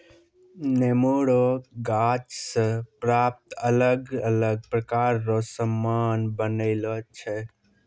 नेमो रो गाछ से प्राप्त अलग अलग प्रकार रो समान बनायलो छै